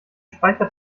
speicher